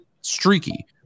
streaky